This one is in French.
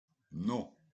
non